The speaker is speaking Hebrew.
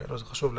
זה חשוב להמשך.